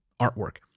artwork